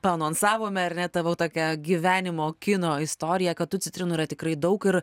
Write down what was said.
anonsavome ar ne tavo tokią gyvenimo kino istoriją kad tų citrinų yra tikrai daug ir